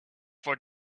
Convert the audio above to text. for